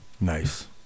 Nice